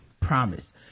Promise